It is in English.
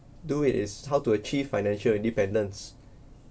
do is how to achieve financial independence